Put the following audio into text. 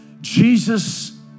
Jesus